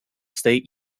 state